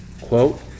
Quote